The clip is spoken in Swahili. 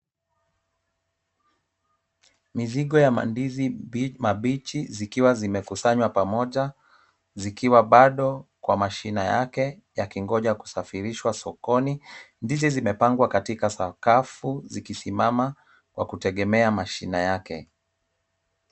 Mizigo ya mandizi mabichi zikiwa yamekusanywa pamoja, zikiwa bado kwa mashinabyake ikingoja kusafirishwa sokoni. Ndizi zimepangwa katika sakafu zikisimama kwa kutegemea mashinani yake.